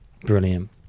Brilliant